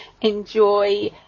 enjoy